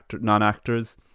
non-actors